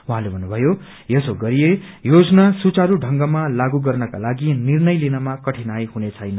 उहाँले भन्नुभयो यसो गरिए योजना सुचारू ढंगमा लागू गर्नकालागि निर्णय लिनमा कठिनाई हुने छैन